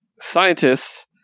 Scientists